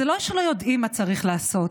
זה לא שלא יודעים מה צריך לעשות,